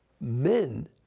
men